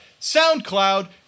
SoundCloud